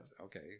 okay